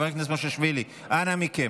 אנא מכם.